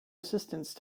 assistance